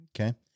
Okay